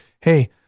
Hey